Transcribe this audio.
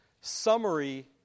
summary